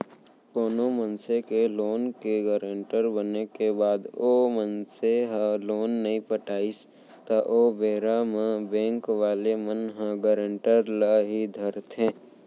कोनो मनसे के लोन के गारेंटर बने के बाद ओ मनसे ह लोन नइ पटाइस त ओ बेरा म बेंक वाले मन ह गारेंटर ल ही धरथे